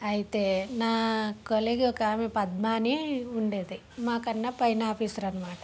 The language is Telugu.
అయితే నా కొలీగ్ ఒక ఆమె పద్మా అని ఉండేది మా కన్నా పైన ఆఫీసర్ అన్నమాట